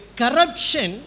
corruption